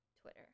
twitter